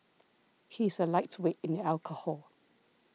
he is a lightweight in alcohol